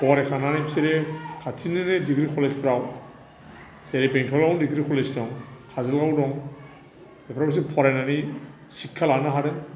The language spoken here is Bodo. फरायखांनानै बिसोरो खाथिनिनो डिग्री कलेजफोराव जेरै बेंथलावनो डिग्री कलेज दं काजोलगावआव दं बेफोरावसो फरायनानै शिखा लानो हादों